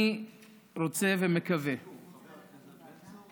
אני רוצה ומקווה, חבר הכנסת בן צור,